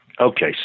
okay